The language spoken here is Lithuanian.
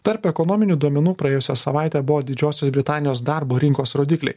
tarp ekonominių duomenų praėjusią savaitę buvo didžiosios britanijos darbo rinkos rodikliai